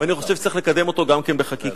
ואני חושב שצריך לקדם אותו גם כן בחקיקה.